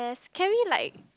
can we like